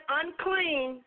unclean